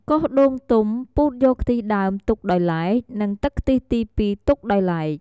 កោសដូងទុំពូតយកខ្ទិះដើមទុកដោយឡែក និងទឹកខ្ទិះទី២ ទុកដោយឡែក។